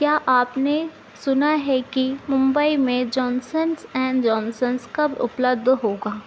क्या आपने सुना है कि मुम्बई में जॉन्संस ऐन जॉन्संस कब उपलब्ध होगा